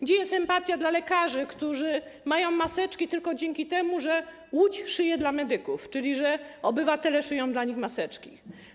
Gdzie jest empatia dla lekarzy, którzy mają maseczki tylko dzięki temu, że Łódź szyje dla medyków, czyli że obywatele szyją dla nich maseczki?